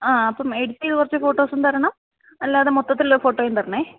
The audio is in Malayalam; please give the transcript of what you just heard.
ആ അപ്പം എഡിറ്റ് ചെയ്ത് കുറച്ച് ഫോട്ടോസും തരണം അല്ലാതെ മൊത്തത്തിലുള്ള ഫോട്ടോയും തരണേ